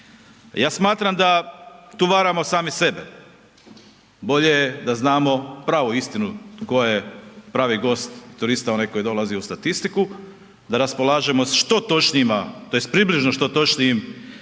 Ja smatram da tu varamo sami sebe, bolje da znamo pravu istinu tko je pravi gost turista onaj koji dolazi u statistiku, da raspolažemo što točnijima, tj. približno što točnijim